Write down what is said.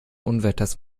unwetters